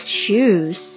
shoes